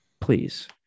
Please